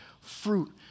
fruit